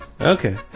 okay